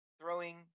throwing